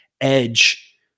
edge